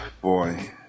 boy